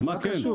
אז מה כן?